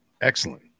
Excellent